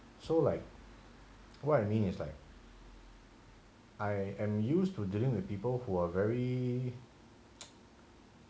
so like what I mean it's like I am used to dealing with people who are very